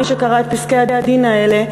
מי שקרא את פסקי-הדין האלה,